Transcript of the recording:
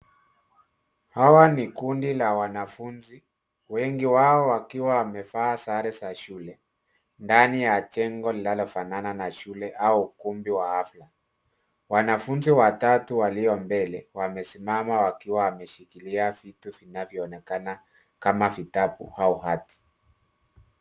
Hawa ni kundi la wanafunzi. Wengi wao wakiwa wamevaa sare za shule ndani ya jengo linalofanana na shule au ukumbi wa hafla. Wanafunzi watatu walio mbele wamesimama wakiwa wameshikilia vitu vinavyoonekana kama vitabu au hati.